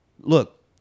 look